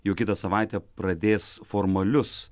jau kitą savaitę pradės formalius